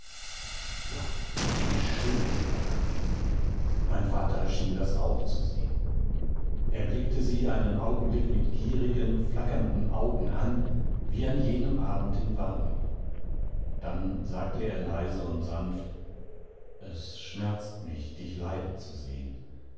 gott wie schön sie war mein vater schien das auch zu sehn er blickte sie einen augenblick mit gierigen flackernden augen an wie an jenem abend in warnow dann sagte er leise und sanft es schmerzt mich dich leiden zu sehen